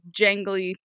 jangly